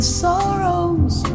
sorrows